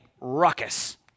ruckus